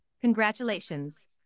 Congratulations